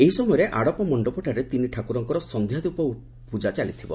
ଏହି ସମୟରେ ଆଡ଼ପ ମଣ୍ଡପଠାରେ ତିନିଠାକୁରଙ୍କର ସନ୍ଧ୍ୟାଧ୍ୟପ ଉଠି ପ୍ରଜା ଚାଲିଥିବ